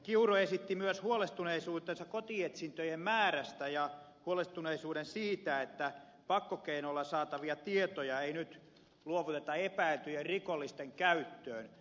kiuru esitti myös huolestuneisuutensa kotietsintöjen määrästä ja huolestuneisuuden siitä että pakkokeinoilla saatavia tietoja ei nyt luovuteta epäiltyjen rikollisten käyttöön